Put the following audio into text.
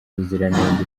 ubuziranenge